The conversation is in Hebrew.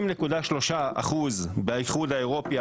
60.3% באיחוד האירופי,